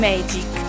Magic